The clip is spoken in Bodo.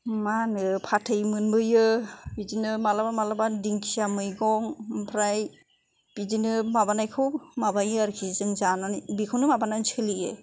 मा होनो फाथै मोनबोयो बिदिनो मालाबा मालाबा दिंखिया मैगं ओमफ्राय बिदिनो माबानायखौ माबायो आरोखि जों जानानै बेखौनो माबानानै सोलियो